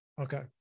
Okay